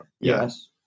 Yes